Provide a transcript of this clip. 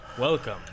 Welcome